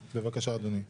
אז בבקשה, אדוני.